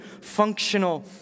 functional